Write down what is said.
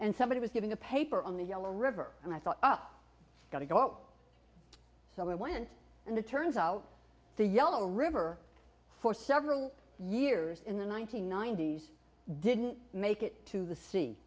and somebody was giving a paper on the yellow river and i thought oh you got to go so we went and it turns out the yellow river for several years in the one nine hundred ninety s didn't make it to the